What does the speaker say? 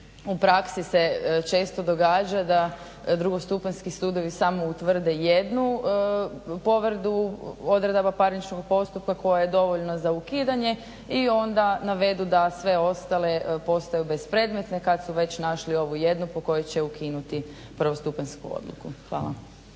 U praksi se često događa da drugostupanjski sudovi samo utvrde jednu povredu odredaba parničnog postupka koja je dovoljna za ukidanje i onda navedu da sve ostale postaju bespredmetne kad su već našli ovu jednu po kojoj će ukinuti prvostupanjsku odluku. Hvala.